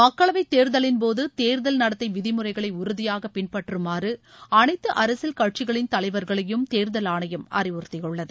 மக்களவை தேர்தலின்போது தேர்தல் நடத்தை விதிமுறைகளை உறுதியாக பின்பற்றமாறு அனைத்து அரசியல் கட்சிகளின் தலைவர்களையும் தேர்தல் ஆணையம் அறிவுறுத்தியுள்ளது